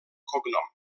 cognom